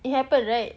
it happened right